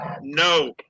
no